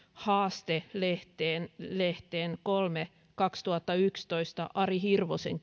haaste lehteen kolmelta vuodelta kaksituhattayksitoista ari hirvosen